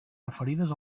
referides